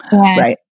Right